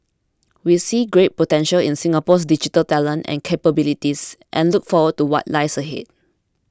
we see great potential in Singapore's digital talent and capabilities and look forward to what lies ahead